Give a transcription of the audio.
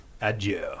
adieu